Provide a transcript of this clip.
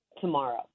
tomorrow